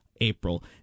April